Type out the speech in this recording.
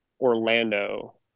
Orlando